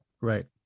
Right